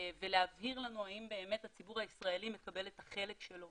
ולהבהיר לנו האם באמת הציבור הישראלי מקבל את החלק שלו